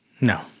No